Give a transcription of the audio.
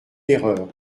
erreur